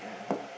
yeah